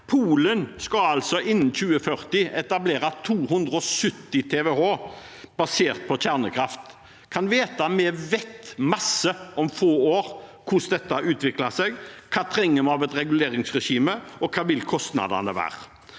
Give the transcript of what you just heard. Polen skal innen 2040 etablere 270 TWh basert på kjernekraft. Vi vet mye om få år om hvordan dette utvikler seg, hva vi trenger av et reguleringsregime, og hva kostnadene vil være.